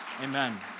Amen